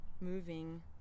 moving